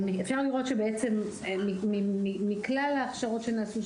אפשר לראות שבעצם מכלל ההכשרות שנעשו,